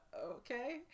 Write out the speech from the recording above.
okay